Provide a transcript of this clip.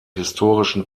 historischen